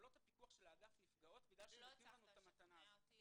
יכולות הפיקוח של האגף נפגעות בגלל שנותנים לנו את המתנה הזו.